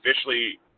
officially